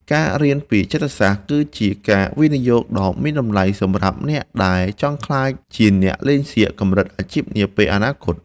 ការរៀនពីចិត្តសាស្ត្រគឺជាការវិនិយោគដ៏មានតម្លៃសម្រាប់អ្នកដែលចង់ក្លាយជាអ្នកលេងសៀកកម្រិតអាជីពនាពេលអនាគត។